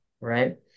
right